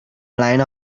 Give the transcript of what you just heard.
line